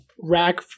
rack